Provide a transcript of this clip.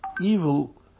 Evil